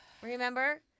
Remember